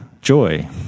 joy